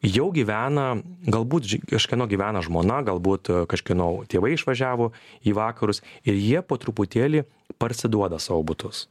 jau gyvena galbūt ž kažkieno gyvena žmona galbūt kažkieno tėvai išvažiavo į vakarus ir jie po truputėlį parsiduoda savo butus